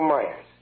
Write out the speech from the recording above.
Myers